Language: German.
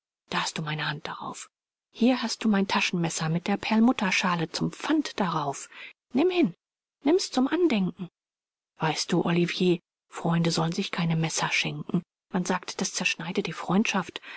hast du meine hand darauf hier hast du mein taschenmesser mit der perlmutterschale zum pfand darauf nimm hin nimm's zum andenken weißt du olivier freunde sollen sich keine messer schenken man sagt das zerschneide die freundschaft